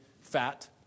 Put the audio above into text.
fat